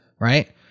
right